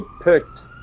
picked